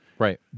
Right